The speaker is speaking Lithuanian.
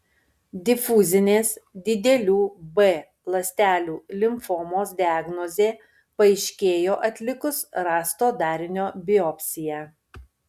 difuzinės didelių b ląstelių limfomos diagnozė paaiškėjo atlikus rasto darinio biopsiją